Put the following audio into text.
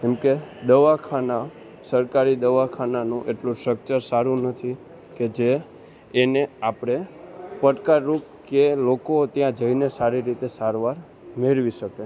કેમ કે દવાખાના સરકારી દવાખાનાનું એટલું સ્ટ્રક્ચર સારું નથી કે જે એને આપણે પડકારરૂપ કે લોકો ત્યાં જઈને સારી રીતે સારવાર મેળવી શકે